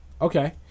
Okay